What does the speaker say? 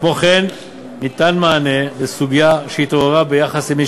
כמו כן ניתן מענה לסוגיה שהתעוררה ביחס למי